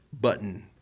button